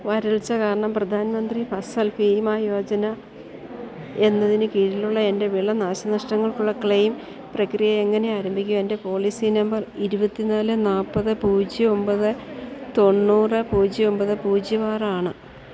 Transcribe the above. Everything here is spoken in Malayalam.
വരൾച്ച കാരണം പ്രധാൻ മന്ത്രി ഫസൽ ഭീമ യോജന എന്നതിന് കീഴിലുള്ള എൻ്റെ വിള നാശനഷ്ടങ്ങൾക്കുള്ള ക്ലെയിം പ്രക്രിയ എങ്ങനെ ആരംഭിക്കും എൻ്റെ പോളിസി നമ്പർ ഇരുപത്തിനാല് നാൽപ്പത് പൂജ്യം ഒമ്പത് തൊണ്ണൂറ് പൂജ്യം ഒമ്പത് പൂജ്യം ആറ് ആണ്